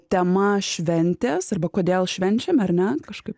tema šventės arba kodėl švenčiam ar ne kažkaip